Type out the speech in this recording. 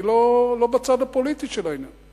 אני לא בצד הפוליטי של העניין.